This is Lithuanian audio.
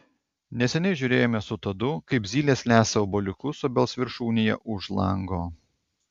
neseniai žiūrėjome su tadu kaip zylės lesa obuoliukus obels viršūnėje už lango